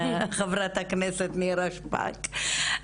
חברת הכנסת נירה שפק,